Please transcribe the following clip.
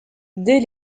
dès